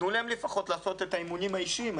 תנו להם לפחות לעשות את האימונים האישיים.